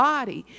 body